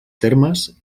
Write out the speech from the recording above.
termes